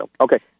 Okay